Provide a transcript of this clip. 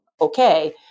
okay